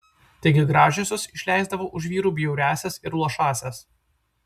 taigi gražiosios išleisdavo už vyrų bjauriąsias ir luošąsias